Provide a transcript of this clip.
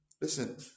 listen